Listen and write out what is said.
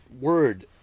word